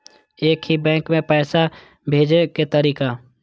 एक ही बैंक मे पैसा भेजे के तरीका?